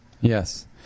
yes